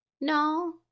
No